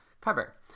cover